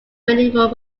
medieval